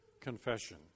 confession